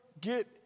get